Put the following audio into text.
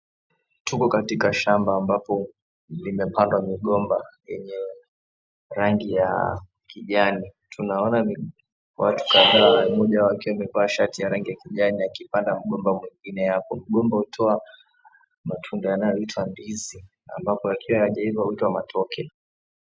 Tupo katika shamba ambapolimepandwa migomba yenye rangi ya kijani. Tunaona watu kadhaa wakiwa wamevaa shati ya raki ya kijani na wameshika mgomba. Mgomba hutoa matunda yanayoitwa ndizi, ambapo yakiwa hayajaiva huitwa matoke.